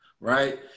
right